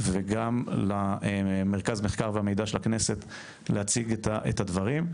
וגם למרכז המחקר והמידע של הכנסת להציג את הדברים.